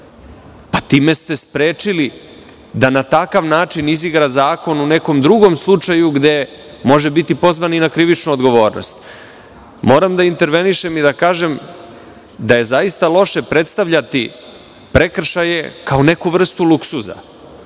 time ste sprečili da na takav način izigra zakon u nekom drugom slučaju gde može biti pozvan i na krivičnu odgovornost. Moram da intervenišem i da kažem da je zaista loše predstavljati prekršaje kao neku vrstu luksuza.